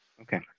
Okay